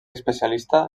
especialista